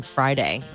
Friday